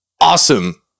awesome